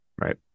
Right